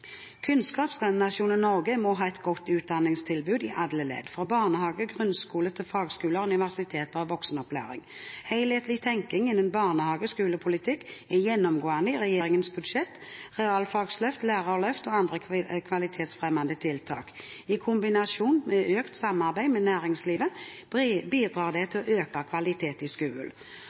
Kunnskapsnasjonen Norge må ha et godt utdanningstilbud i alle ledd, fra barnehage, grunnskole til fagskoler, universiteter og voksenopplæring. Helhetlig tenkning innen barnehage- og skolepolitikk er gjennomgående i regjeringens budsjett. Realfagsløft, lærerløft og andre kvalitetsfremmende tiltak i kombinasjon med økt samarbeid med næringslivet bidrar til å øke kvalitet i